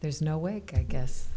there's no way i guess